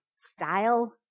style